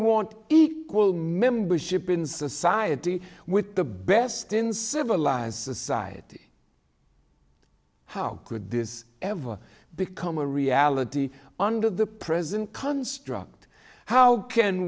want equal membership in society with the best in civilised society how could this ever become a reality under the present construct how can